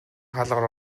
хаалгаар